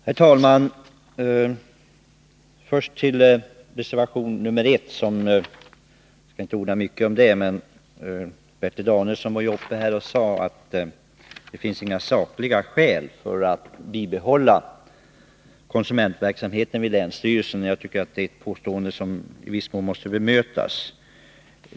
Herr talman! Jag skall inte orda mycket om reservation 1, men Bertil Onsdagen den Danielsson sade att det inte finns några sakliga skäl att bibehålla konsu 20 april 1983 mentverksamheten vid länsstyrelserna, och det tycker jag är ett påstående som i viss mån måste bemötas.